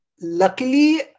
Luckily